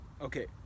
okay